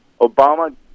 Obama